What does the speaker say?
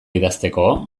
idazteko